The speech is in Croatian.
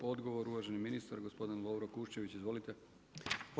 Odgovor uvaženi ministar gospodin Lovro Kušćević, izvolite.